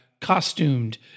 costumed